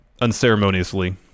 unceremoniously